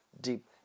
deep